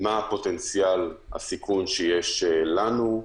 מה פוטנציאל הסיכון שיש לנו?